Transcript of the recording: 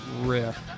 riff